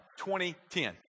2010